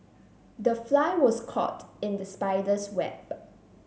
the fly was caught in the spider's web